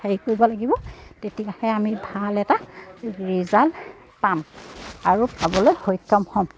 হেৰি কৰিব লাগিব তেতিয়াহে আমি ভাল এটা ৰিজাল্ট পাম আৰু পাবলৈ সক্ষম হ'ম